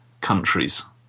countries